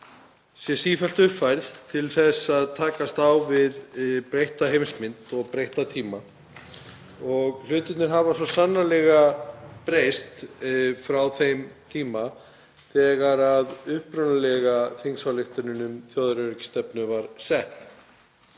sé sífellt uppfærð til að takast á við breytta heimsmynd og breytta tíma. Hlutirnir hafa svo sannarlega breyst frá þeim tíma þegar upprunalega þingsályktunin um þjóðaröryggisstefnu var